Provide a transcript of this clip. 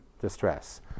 distress